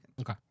Okay